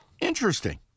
Interesting